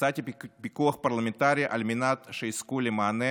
וביצעתי פיקוח פרלמנטרי על מנת שיזכו למענה